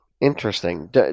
Interesting